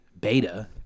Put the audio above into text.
beta